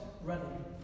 running